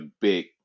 big